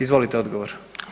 Izvolite odgovor.